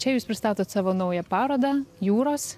čia jūs pristatot savo naują parodą jūros